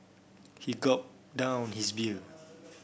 he gulped down his beer